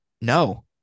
no